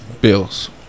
Bills